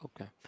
Okay